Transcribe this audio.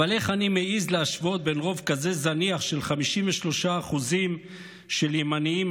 אבל איך אני מעז להשוות בין רוב כזה זניח של 53% של ימנים,